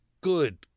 Good